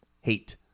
Hate